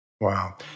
Wow